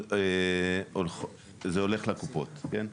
זה הולך לקופות, כן?